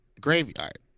Graveyard